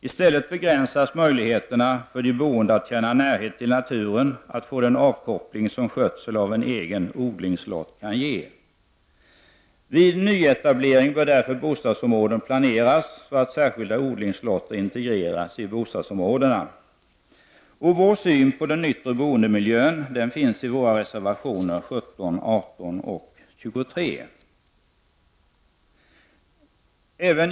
I stället begränsas möjligheterna för de boende att känna närhet till naturen, att få den avkoppling som skötsel av en egen odlingslott kan ge. Vid nyetablering bör därför bostadsområden planeras så, att särskilda odlingslotter integreras i bostadsområdena. Centerns syn på den yttre boendemiljön finns redovisad i våra reservationer nr 17, 18 och 23.